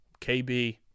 KB